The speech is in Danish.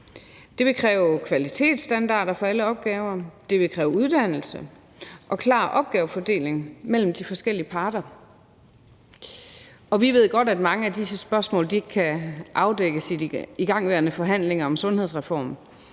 Det vil kræve kvalitetsstandarder for alle opgaver, det vil kræve uddannelse og en klar opgavefordeling mellem de forskellige parter. Og vi ved godt, at mange af disse spørgsmål ikke kan afdækkes i de igangværende forhandlinger om en sundhedsreform,